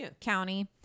County